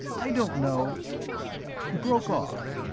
i don't know he broke off,